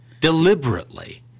deliberately